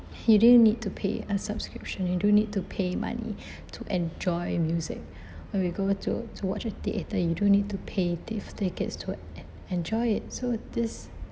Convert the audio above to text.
you do need to pay a subscription you do need to pay money to enjoy music when we go to to watch a theatre you do need to pay these tickets to en~ enjoy it so these